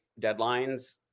deadlines